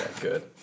good